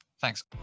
thanks